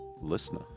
listener